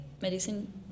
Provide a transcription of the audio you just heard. medicine